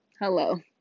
hello